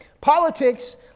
Politics